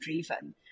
driven